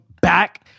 back